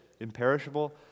imperishable